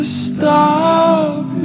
stop